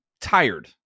tired